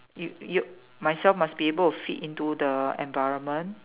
you you myself must be able to fit into the environment